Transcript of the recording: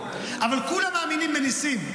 אבל כולם מאמינים בניסים.